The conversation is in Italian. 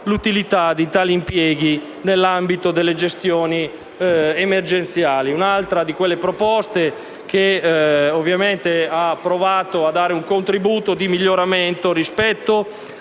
l'utilità di tali impieghi nell'ambito delle gestioni emergenziali. È un'altra di quelle proposte che ha provato a dare un contributo ulteriore rispetto